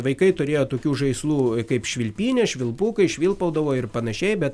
vaikai turėjo tokių žaislų kaip švilpynė švilpukai švilpaudavo ir panašiai bet